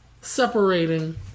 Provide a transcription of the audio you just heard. separating